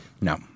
No